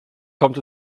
kommt